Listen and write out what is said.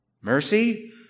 Mercy